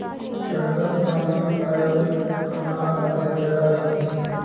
Federal మరియు private రుణాల మధ్య తేడా ఏమిటి?